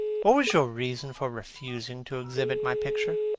what was your reason for refusing to exhibit my picture?